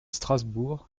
strasbourg